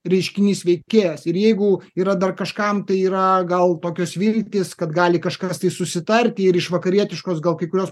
reiškinys veikėjas ir jeigu yra dar kažkam tai yra gal tokios viltys kad gali kažkas tai susitarti ir iš vakarietiškos gal kai kurios